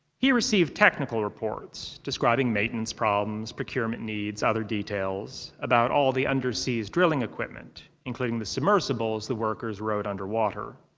he received technical reports describing maintenance problems, procurement needs, other details about all the undersea drilling equipment, including the submersibles the workers rode underwater.